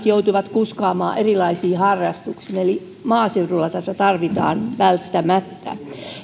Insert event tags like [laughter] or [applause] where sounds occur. [unintelligible] joutuvat kuskaamaan erilaisiin harrastuksiin eli maaseudulla tätä tarvitaan välttämättä